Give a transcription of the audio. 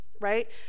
right